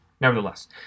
Nevertheless